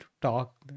talk